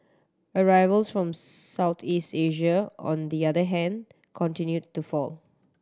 arrivals from Southeast Asia on the other hand continued to fall